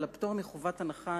אבל הפטור מחובת הנחה,